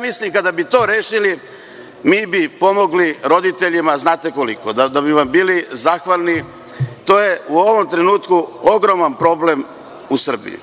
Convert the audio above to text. Mislim da, kada bi to rešili, mi bi pomogli roditeljima, znate koliko, da bi bili zahvalni. To je u ovom trenutku ogroman problem u Srbiji.